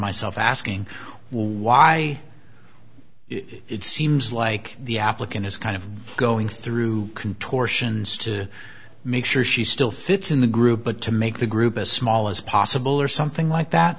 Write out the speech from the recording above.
myself asking why it seems like the applicant is kind of going through contortions to make sure she still fits in the group but to make the group as small as possible or something